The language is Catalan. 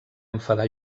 enfadar